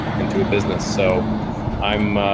into a business. so i'm, ah,